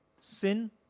Sin